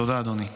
תודה, אדוני.